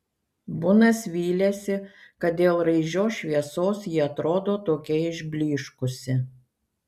bunas vylėsi kad dėl raižios šviesos ji atrodo tokia išblyškusi